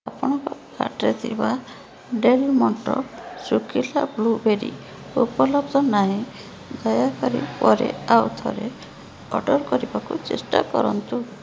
ଆପଣଙ୍କ କାର୍ଟ୍ରେ ଥିବା ଡେଲ ମଣ୍ଟେ ଶୁଖିଲା ବ୍ଲୁବେରି ଉପଲବ୍ଧ ନାହିଁ ଦୟାକରି ପରେ ଆଉଥରେ ଅର୍ଡ଼ର୍ କରିବାକୁ ଚେଷ୍ଟା କରନ୍ତୁ